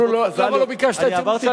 אמרו לו: למה לא ביקשת את ירושלים?